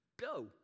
Go